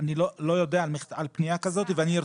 אני לא יודע על פנייה כזאת ואני ארצה לקבל אותה.